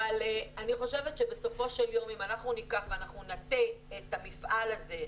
אבל אם אנחנו נטה את המפעל הזה,